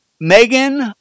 Megan